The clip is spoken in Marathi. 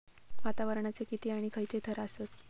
वातावरणाचे किती आणि खैयचे थर आसत?